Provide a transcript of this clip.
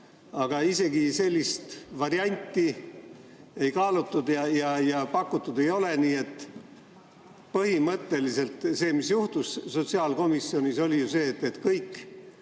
Aga isegi sellist varianti ei kaalutud ega pakutud. Põhimõtteliselt see, mis juhtus sotsiaalkomisjonis, oli ju see, et kõiki